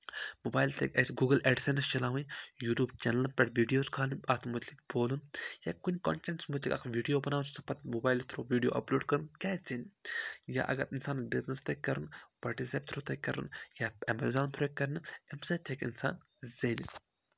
mobile تہِ اَسہِ Google AdSense چَلاوٕنۍ یوٗٹیوٗب چَنلَن پٮ۪ٹھ ویٖڈیوز کھالُن اَتھ مُتعلِق بولُن یا کُنہِ کَنٹیٚنٹَس مُتعلِق اَکھ ویٖڈیو بَناوُن سُہ پَتہٕ موبایلہٕ تھرٛوٗ ویٖڈیو اَپلوڈ کَرُن کیٛازِ زینہِ یا اگر اِنسانَس بِزنٮ۪س تۄہہِ کَرُن وَٹِزیپ تھرٛوٗ تۄہہِ کَرُن یا ایٚمیزان تھرٛوٗ ہیٚکہِ کَرنہٕ اَمہِ سۭتۍ ہیٚکہِ اِنسان زینِتھ